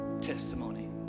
testimony